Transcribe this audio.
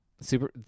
super